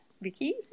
Vicky